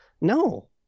no